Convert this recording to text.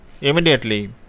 immediately